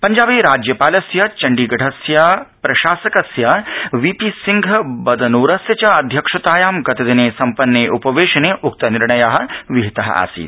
पंजाबे राज्यपालस्य चंडीगढ़स्य प्रशासकस्य वीपी सिंह बदनोरस्य च अध्यक्षतायां गतदिने सम्पन्ने उपवेशने उक्तनिर्णय विहित आसीत्